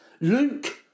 Luke